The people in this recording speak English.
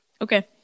Okay